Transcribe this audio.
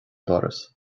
doras